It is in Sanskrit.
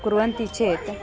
कुर्वन्ति चेत्